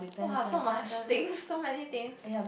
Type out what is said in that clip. !wah! so much things so many things